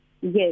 Yes